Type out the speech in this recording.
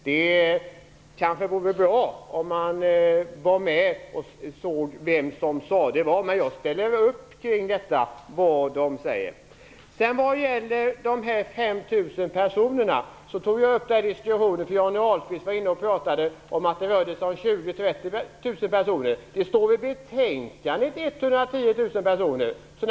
Det kanske vore bra om man var med och hörde vem som sade vad. Men jag ställer upp på det de säger. Diskussionen om de 5 000 personerna tog jag upp för att Johnny Ahlqvist pratade om att det rörde sig om 20 000-30 000 personer. Det står 110 000 personer i betänkandet.